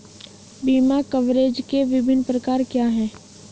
बीमा कवरेज के विभिन्न प्रकार क्या हैं?